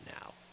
now